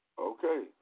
Okay